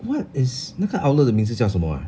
what is 那个 outlet 的名字叫什么 ah